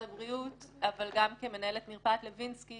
הבריאות אבל גם כמנהלת מרפאת לוינסקי